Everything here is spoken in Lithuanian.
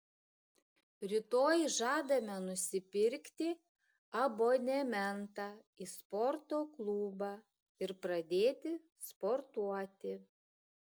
rytoj žadame nusipirkti abonementą į sporto klubą ir pradėti sportuoti